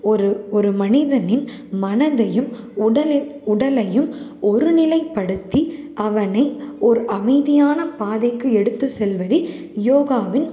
ஒரு ஒரு மனிதனின் மனதையும் உடலை உடலையும் ஒரு நிலைப்படுத்தி அவனை ஓர் அமைதியான பாதைக்கு எடுத்து செல்வதே யோகாவின்